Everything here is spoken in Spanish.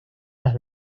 las